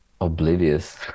oblivious